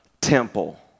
temple